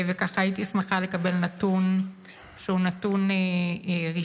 והייתי שמחה לקבל נתון שהוא רשמי.